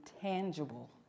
tangible